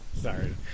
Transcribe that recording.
Sorry